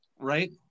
right